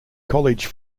college